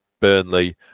Burnley